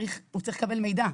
הוא צריך לקבל מידע.